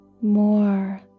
more